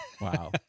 wow